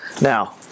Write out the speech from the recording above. now